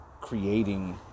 creating